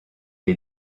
est